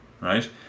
right